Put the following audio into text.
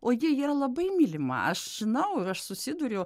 o ji yra labai mylima aš žinau aš susiduriu